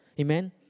Amen